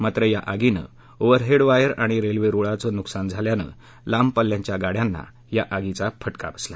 मात्र या आगीनं ओव्हरहेड वायर आणि रेल्वे रुळाचं नुकसान झाल्यानं लांब पल्ल्याच्या गाड्यांना या आगीचा फटका बसला